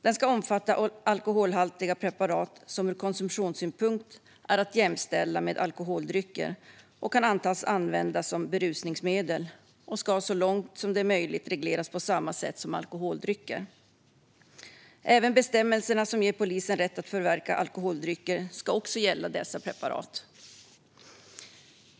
Den ska omfatta alkoholhaltiga preparat som ur konsumtionssynpunkt är att jämställa med alkoholdrycker och som kan antas användas som berusningsmedel, och dessa ska så långt det är möjligt regleras på samma sätt som alkoholdrycker. Även de bestämmelser som ger polisen rätt att förverka alkoholdrycker ska gälla dessa preparat.